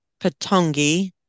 Patongi